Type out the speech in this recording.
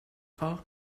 fog